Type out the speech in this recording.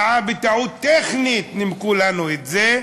טעה בטעות טכנית, נימקו לנו את זה,